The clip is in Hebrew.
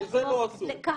וזה לא אסור.